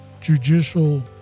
judicial